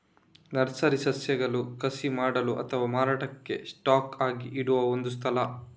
nursery ಸಸ್ಯಗಳನ್ನ ಕಸಿ ಮಾಡಲು ಅಥವಾ ಮಾರಾಟಕ್ಕೆ ಸ್ಟಾಕ್ ಆಗಿ ಇಡುವ ಒಂದು ಸ್ಥಳ